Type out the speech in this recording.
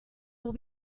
will